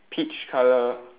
peach colour